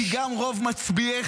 כי גם רוב מצביעיך,